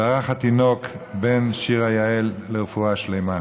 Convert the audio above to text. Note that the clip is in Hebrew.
והרך, התינוק בן שירה יעל, לרפואה שלמה.